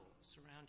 surround